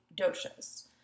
doshas